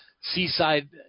seaside